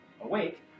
awake